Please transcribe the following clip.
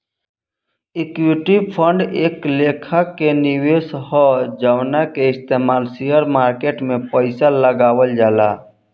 equity fund एक लेखा के निवेश ह जवना के इस्तमाल शेयर मार्केट में पइसा लगावल जाला